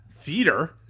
Theater